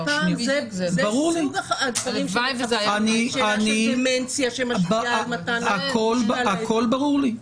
ברור לי --- זה סוג הדברים --- דמנציה --- הכול ברור לי.